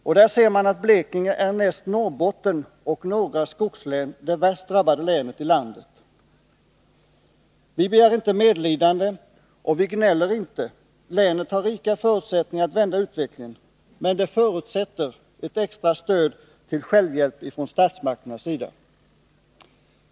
Man ser att Blekinge näst Norrbotten och några skogslän är det värst drabbade länet i landet. Vi begär inte medlidande och vi gnäller inte — länet har rika förutsättningar att vända utvecklingen, men det förutsätter ett extra stöd till självhjälp från statsmakterna.